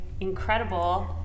incredible